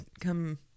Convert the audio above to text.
come